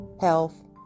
health